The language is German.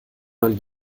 mal